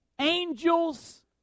angels